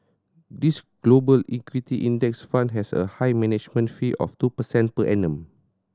this Global Equity Index Fund has a high management fee of two percent per annum